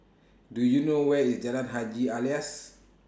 Do YOU know Where IS Jalan Haji Alias